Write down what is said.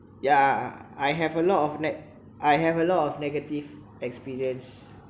yeah I have a lot of neg~ I have a lot of negative experience